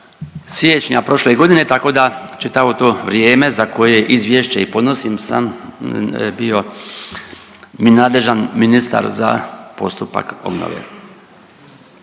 siječnja prošle godine tako da čitavo to vrijeme za koje izvješće i podnosim sam bio nadležan ministar za postupak obnove.